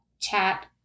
chat